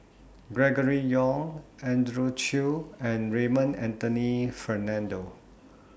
Gregory Yong Andrew Chew and Raymond Anthony Fernando